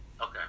Okay